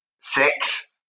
six